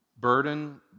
burden